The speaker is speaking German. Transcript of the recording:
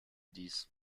dies